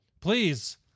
Please